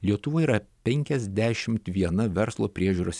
lietuvoj yra penkiasdešimt viena verslo priežiūros